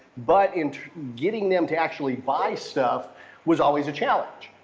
but and getting them to actually buy stuff was always a challenge.